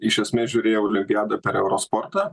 iš esmė žiūrėjau olimpiadą per euro sportą